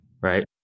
right